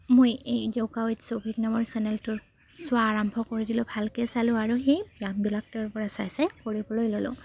মই এই yoga with Shouvik নামৰ চেনেলটো চোৱা আৰম্ভ কৰি দিলোঁ ভালকৈ চালোঁ আৰু সেই ব্যায়ামবিলাক তেওঁৰ পৰা চাই চাই কৰিবলৈ ল'লোঁ